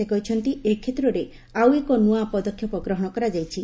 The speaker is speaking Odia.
ସେ କହିଛନ୍ତି ଏ କ୍ଷେତ୍ରରେ ଆଉ ଏକ ନୂଆ ପଦକ୍ଷେପ ଗ୍ରହଣ କରାଯାଇଛି